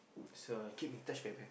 so keep in touch whereby